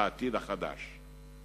לעתיד החדש.